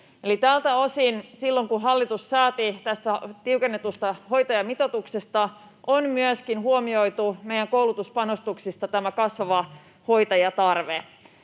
tältä osin silloin, kun hallitus sääti tästä tiukennetusta hoitajamitoituksesta, on myöskin huomioitu meidän koulutuspanostuksissa tämä kasvava hoitajatarve.